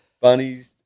Bunnies